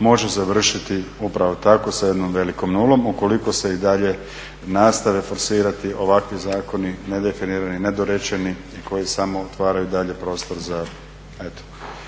može završiti upravo tako sa jednom velikom nulom ukoliko se i dalje nastave forsirati ovakvi zakoni, nedefinirani, nedorečeni i koji samo otvaraju dalje prostor za,